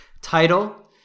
title